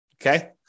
okay